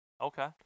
Okay